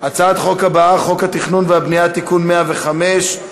הצעת חוק התכנון והבנייה (תיקון מס' 105),